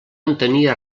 entenia